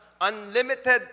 unlimited